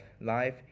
life